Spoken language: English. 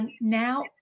now